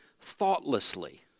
thoughtlessly